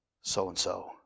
so-and-so